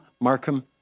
Markham